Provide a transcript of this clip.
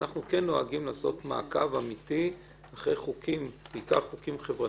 אנחנו נוהגים לעשות מעקב אמיתי אחרי חוקים שהם